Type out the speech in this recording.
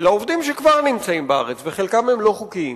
לעובדים שכבר נמצאים בארץ, וחלקם הם לא חוקיים,